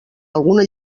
alguna